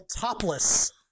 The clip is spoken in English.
topless